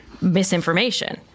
misinformation